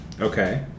Okay